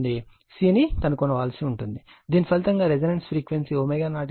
C ను కనుగొనవలసి ఉంటుంది దీని ఫలితంగా రెసోనెన్స్ ఫ్రీక్వెన్సీ ω0 5000 రేడియన్ సెకను వస్తుంది